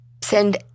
send